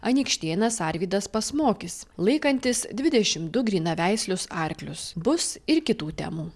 anykštėnas arvydas pasmokis laikantis dvidešimt du grynaveislius arklius bus ir kitų temų